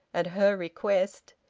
at her request.